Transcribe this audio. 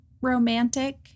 romantic